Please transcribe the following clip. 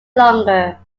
longer